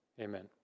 Amen